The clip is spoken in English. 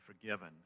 forgiven